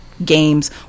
games